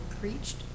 preached